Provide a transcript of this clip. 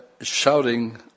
shouting